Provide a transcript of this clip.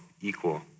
equal